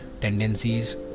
tendencies